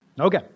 Okay